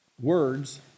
Words